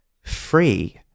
free